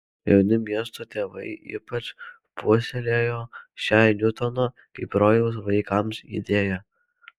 jauni miesto tėvai ypač puoselėjo šią niutono kaip rojaus vaikams idėją